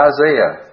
Isaiah